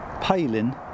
Palin